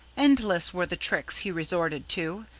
endless were the tricks he resorted to,